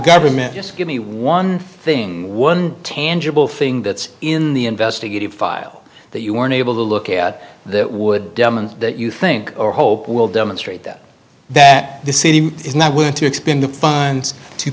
government just give me one thing one tangible thing that's in the investigative file that you weren't able to look at that would that you think or hope will demonstrate that that the city is not willing to expend the funds to